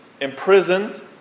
imprisoned